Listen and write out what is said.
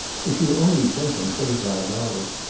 if you only sent them twenty-five dollars,